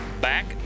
back